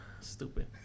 stupid